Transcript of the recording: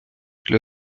для